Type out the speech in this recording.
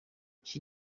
she